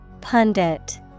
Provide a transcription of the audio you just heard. Pundit